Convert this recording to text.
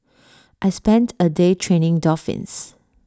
I spent A day training dolphins